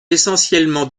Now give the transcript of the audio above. essentiellement